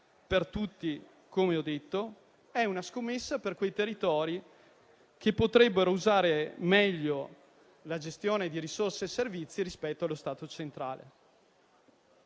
per tutti, come ho detto, e una scommessa per quei territori che potrebbero usare meglio la gestione di risorse e servizi rispetto allo Stato centrale.